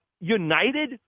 united